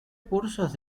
cursos